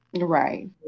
Right